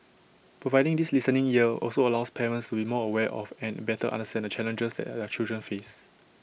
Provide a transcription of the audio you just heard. providing this listening ear also allows parents to be more aware of and better understand the challenges their children face